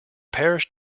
parish